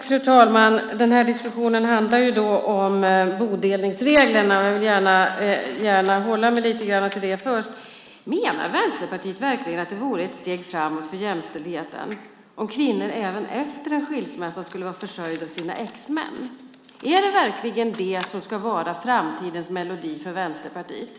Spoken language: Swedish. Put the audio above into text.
Fru talman! Diskussionen handlar om bodelningsreglerna, och jag vill gärna hålla mig lite grann till det först. Menar Vänsterpartiet verkligen att det vore ett steg framåt för jämställdheten om kvinnor även efter en skilsmässa skulle vara försörjda av sina exmän? Är det verkligen det som ska vara framtidens melodi för Vänsterpartiet?